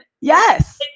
Yes